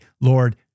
Lord